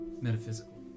metaphysical